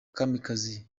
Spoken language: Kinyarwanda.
kamikazi